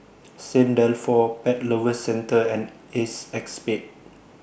Saint Dalfour Pet Lovers Centre and ACEXSPADE